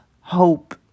hope